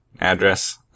address